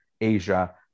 Asia